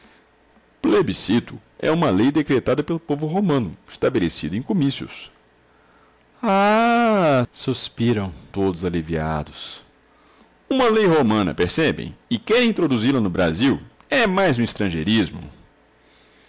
lição plebiscito é uma lei decretada pelo povo romano estabelecido em comícios ah suspiram todos aliviados uma lei romana percebem e querem introduzi la no brasil é mais um estrangeirismo